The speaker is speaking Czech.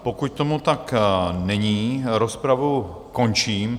Pokud tomu tak není, rozpravu končím.